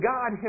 God